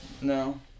No